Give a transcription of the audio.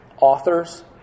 authors